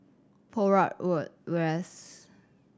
Poh Huat Road West